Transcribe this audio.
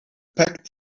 packed